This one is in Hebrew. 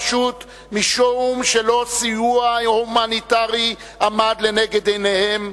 פשוט משום שלא סיוע הומניטרי עמד לנגד עיניהם,